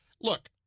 look